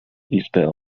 izby